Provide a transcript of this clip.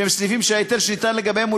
שהם סניפים שההיתר שניתן לגביהם הוא